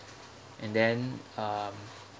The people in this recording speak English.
and then um